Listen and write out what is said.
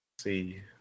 See